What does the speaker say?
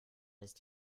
ist